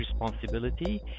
responsibility